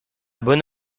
bonne